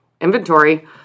inventory